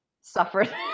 suffered